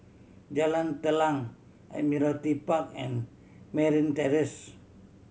Jalan Telang Admiralty Park and Merryn Terrace